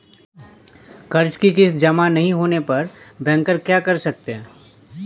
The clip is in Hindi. कर्ज कि किश्त जमा नहीं होने पर बैंकर क्या कर सकते हैं?